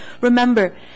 remember